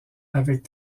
avec